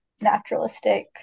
naturalistic